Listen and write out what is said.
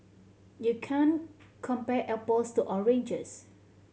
you can't compare apples to oranges